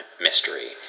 mystery